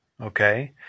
Okay